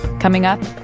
coming up,